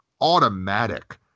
automatic